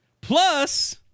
Plus